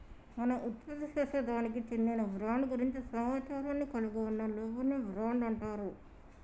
మనం ఉత్పత్తిసేసే దానికి చెందిన బ్రాండ్ గురించి సమాచారాన్ని కలిగి ఉన్న లేబుల్ ని బ్రాండ్ అంటారు